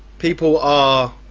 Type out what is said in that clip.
people are,